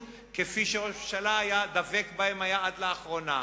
כפי שראש הממשלה היה דבק בהן עד לאחרונה.